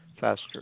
faster